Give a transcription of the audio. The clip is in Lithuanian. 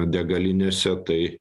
degalinėse tai